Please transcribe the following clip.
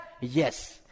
Yes